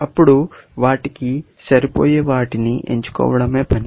అప్పుడు వాటికి సరిపోయే వాటిని ఏంచోకోవడమే పని